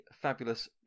fabulous